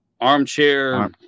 Armchair